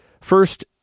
First